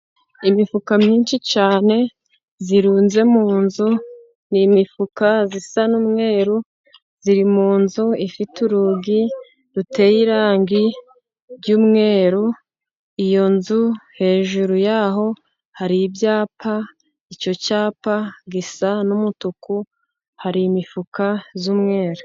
Imifuka myinshi cyane irunze mu nzu . Ni imifuka isa n'umweru, iri mu nzu ifite urugi ruteye irangi ry'umweru . Iyo nzu hejuru y'aho hari ibyapa . Icyo cyapa gisa n'umutuku hari imifuka y'umweru.